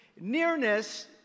Nearness